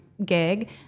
gig